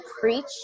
preach